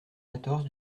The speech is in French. quatorze